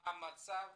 מה המצב,